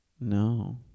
No